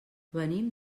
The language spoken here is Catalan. venim